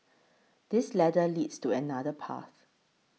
this ladder leads to another path